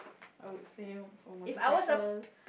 I would say for motorcycle